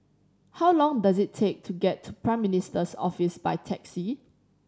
how long does it take to get to Prime Minister's Office by taxi